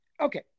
Okay